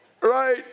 Right